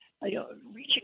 reaching